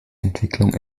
entwicklung